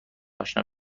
اشنا